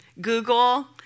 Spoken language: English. Google